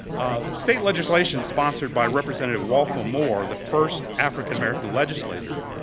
state legislation sponsored by representative walthall moore, the first african-american legislator,